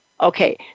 Okay